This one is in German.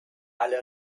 alle